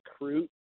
recruit